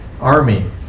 army